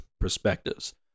perspectives